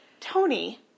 Tony